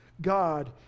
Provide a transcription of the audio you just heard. God